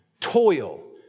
toil